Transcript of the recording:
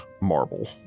marble